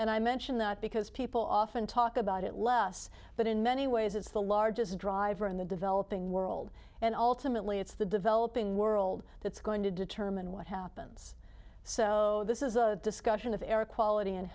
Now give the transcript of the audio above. and i mention that because people often talk about it less but in many ways it's the largest driver in the developing world and ultimately it's the developing world that's going to determine what happens so this is a discussion of air quality and